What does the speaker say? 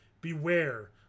Beware